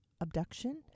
Abduction